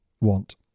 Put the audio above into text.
want